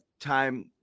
time